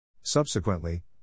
Subsequently